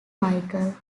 michael